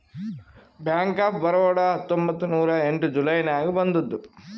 bank of Baroda ಹತ್ತೊಂಬತ್ತ್ ನೂರಾ ಎಂಟ ಜುಲೈ ನಾಗ್ ಬಂದುದ್